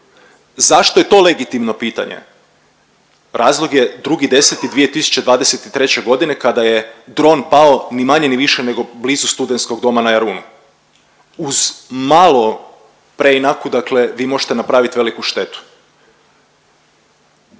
Zašto je to legitimno pitanje? Razlog je 2.10.2023. g. kada je dron pao ni manje ni više nego blizu studenskog doma na Jarunu. Uz malo preinaku, dakle vi možete napravit veliku štetu.